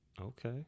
Okay